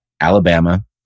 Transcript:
Alabama